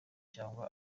cyangwa